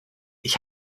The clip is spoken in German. ich